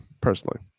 personally